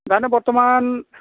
दानो बरथ'मान